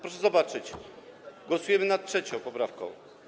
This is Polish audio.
Proszę zobaczyć, głosujemy nad 3. poprawką.